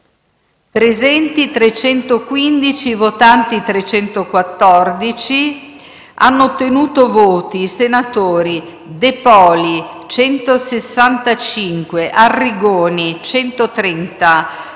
presenti 315 Senatori votanti 314 Hanno ottenuto voti i senatori: De Poli 165 Arrigoni 130